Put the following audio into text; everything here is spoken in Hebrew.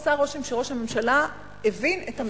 עשה רושם שראש הממשלה הבין את המסר.